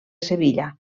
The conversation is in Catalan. sevilla